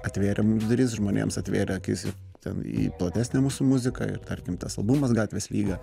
atvėrė mums duris žmonėms atvėrė akis ten į platesnę mūsų muziką ir tarkim tas albumas gatvės lyga